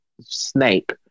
Snake